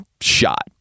shot